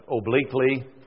obliquely